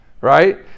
right